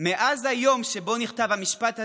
מאז היום שבו נכתב המשפט הזה,